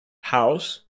house